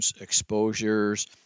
exposures